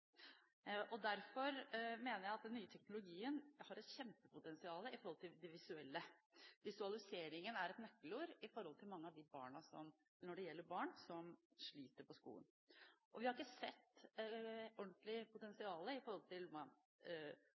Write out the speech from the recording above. Derfor mener jeg at den nye teknologien har et kjempepotensial i forhold til det visuelle. Visualiseringen er et nøkkelord når det gjelder barn som sliter på skolen. Vi har ikke sett ordentlig potensialet på alle disse teknologiområdene når de smelter sammen. Nå snakker jeg ikke bare om at man